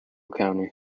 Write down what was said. county